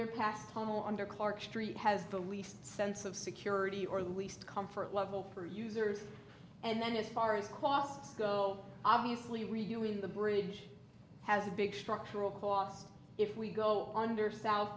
underpass tunnel under clark street has the least sense of security or least comfort level for users and then as far as costs go obviously reviewing the bridge has a big structural cost if we go under south